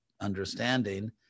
understanding